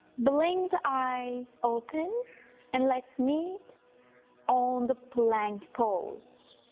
blink the eyes open and let's meet on the plank pose